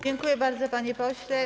Dziękuję bardzo, panie pośle.